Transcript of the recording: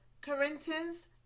corinthians